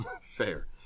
fair